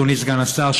אדוני סגן השר,